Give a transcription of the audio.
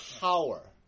power